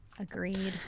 agreed.